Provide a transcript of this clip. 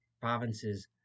provinces